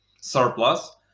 surplus